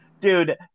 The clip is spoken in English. Dude